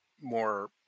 more